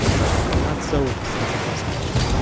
but not so with the central bus station,